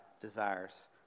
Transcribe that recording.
desires